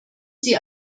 sie